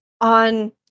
On